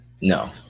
no